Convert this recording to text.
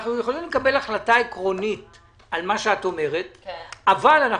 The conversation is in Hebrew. אנחנו יכולים לקבל החלטה עקרונית על מה שאת אומרת אבל אנחנו